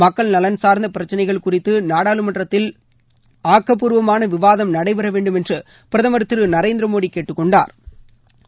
மக்கள் நலன் சார்ந்த பிரச்சினைகள் குறித்து நாடாளுமன்றத்தில் ஆக்கப்பூர்வமான விவாதம் நடைபெற வேண்டும் என்று பிரதமர் திரு நரேந்திர மோடி கேட்டுக் கொண்டாா்